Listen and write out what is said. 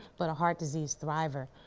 but a heart disease thriver.